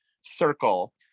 circle